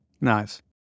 Nice